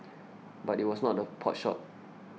but it was not a potshot